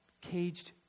caged